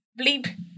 Bleep